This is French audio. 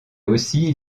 aussi